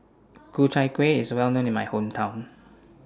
Ku Chai Kueh IS Well known in My Hometown